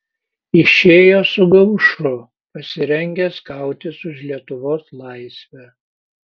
išėjo su gaušu pasirengęs kautis už lietuvos laisvę